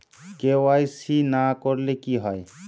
KYC না করলে কি হয়?